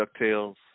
DuckTales